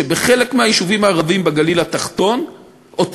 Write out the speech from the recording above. שבחלק מהיישובים הערביים בגליל התחתון אותו